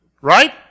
Right